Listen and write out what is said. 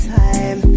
time